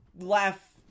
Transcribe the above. laugh